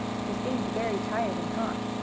he seemed very tired and hot.